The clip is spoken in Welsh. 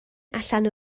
allan